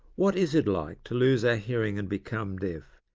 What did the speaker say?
what is it like to lose our hearing and become deaf?